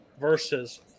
versus